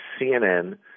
CNN